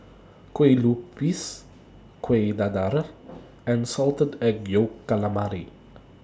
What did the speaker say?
Kueh Lupis Kuih Dadar and Salted Egg Yolk Calamari